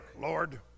Lord